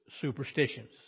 superstitions